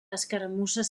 escaramusses